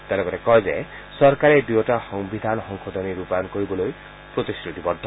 তেওঁ লগতে কয় যে চৰকাৰে এই দুয়োটা সংবিধান সংশোধনী ৰূপায়ণ কৰিবলৈ প্ৰতিশ্ৰুতিবদ্ধ